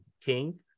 King